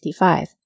1965